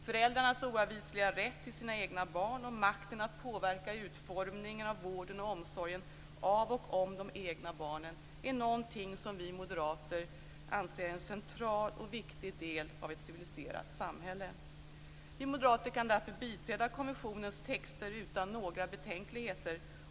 Föräldrarnas oavvisliga rätt till sina egna barn och makten att påverka utformningen av vården och omsorgen av och om de egna barnen är någonting som vi moderater anser är en central och viktig del av ett civiliserat samhälle. Vi moderater kan därför biträda konventionens texter utan några betänkligheter.